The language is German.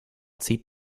zieht